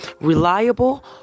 Reliable